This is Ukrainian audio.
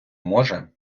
може